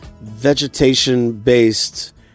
vegetation-based